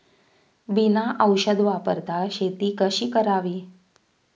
बिना औषध वापरता शेती कशी करावी?